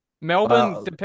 Melbourne